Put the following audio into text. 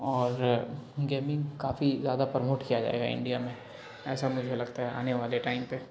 اور گیمنگ کافی زیادہ پرموٹ کیا جائے گا انڈیا میں ایسا مجھے لگتا ہے آنے والے ٹائم پہ